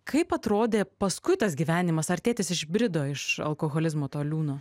kaip atrodė paskui tas gyvenimas ar tėtis išbrido iš alkoholizmo to liūno